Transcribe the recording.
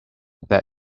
that